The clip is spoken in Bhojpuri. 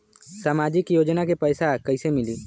सामाजिक योजना के पैसा कइसे मिली?